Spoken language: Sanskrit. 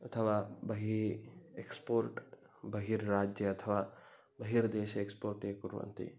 अथवा बहिः एक्स्पोर्ट् बहिर्राज्यम् अथवा बहिर्देशम् एक्स्पोर्ट कुर्वन्ति